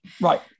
right